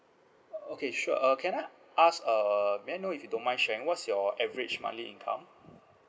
okay sure uh can I ask uh may I know if you don't mind sharing what's your average monthly income